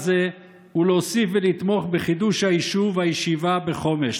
הזה ולהוסיף ולתמוך בחידוש היישוב והישיבה בחומש.